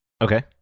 okay